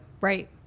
Right